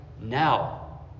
now